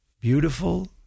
beautiful